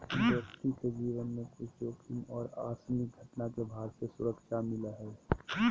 व्यक्ति के जीवन में कुछ जोखिम और आकस्मिक घटना के भार से सुरक्षा मिलय हइ